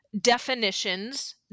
definitions